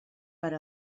per